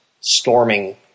storming